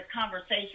conversation